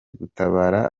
gutabara